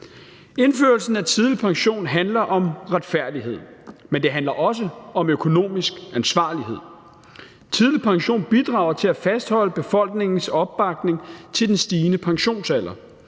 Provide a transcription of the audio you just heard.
Indførelsen af tidlig pension handler om retfærdighed, men det handler også om økonomisk ansvarlighed. Tidlig pension bidrager til at fastholde befolkningens opbakning til den stigende pensionsalder.